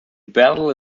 battle